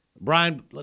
brian